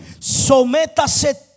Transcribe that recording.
Sométase